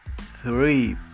Three